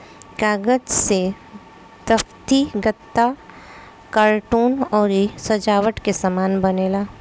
कागज से दफ्ती, गत्ता, कार्टून अउरी सजावट के सामान बनेला